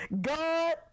God